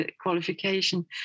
qualification